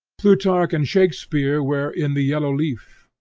plutarch and shakspeare were in the yellow leaf,